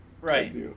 Right